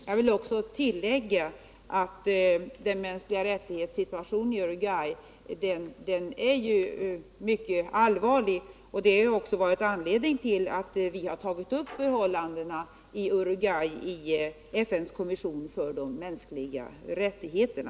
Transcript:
Jag vill också tillägga att situationen beträffande de mänskliga rättigheterna i Uruguay är mycket allvarlig, och det har också varit anledningen till att vi har tagit upp förhållandena där i FN:s kommission för de mänskliga rättigheterna.